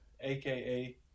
aka